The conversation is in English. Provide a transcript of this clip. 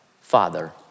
Father